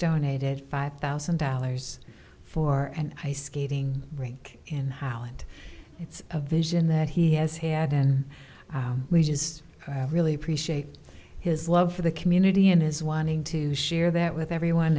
donated five thousand dollars for and ice skating rink in highland it's a vision that he has had and we just really appreciate his love for the community and his wanting to share that with everyone